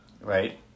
Right